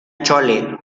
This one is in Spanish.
chole